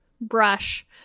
brush